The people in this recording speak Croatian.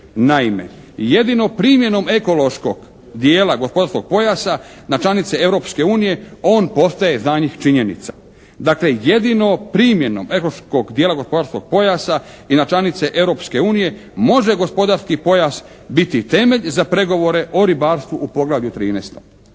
Naime, jedino primjenom ekološkog dijela gospodarskog pojasa na članice Europske unije on postaje za njih činjenica. Dakle, jedino primjenom ekološkog dijela gospodarskog pojasa i na članice Europske unije može gospodarski pojas biti temelj za pregovore o ribarstvu u poglavlju 13.